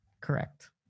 Correct